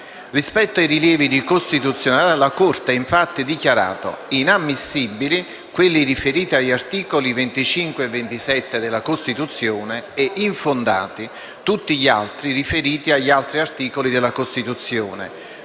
Rispetto ai rilievi di costituzionalità la Corte ha, infatti, dichiarato inammissibili quelli riferiti agli articoli 25 e 27 della Costituzione e infondati tutti quelli riferiti agli altri articoli della Carta,